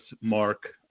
Mark